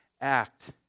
act